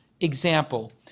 Example